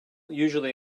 usually